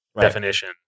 definition